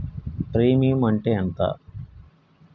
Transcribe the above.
Premium అత్తే ఎంత?